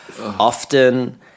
often